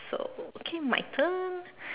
so okay my turn